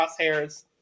crosshairs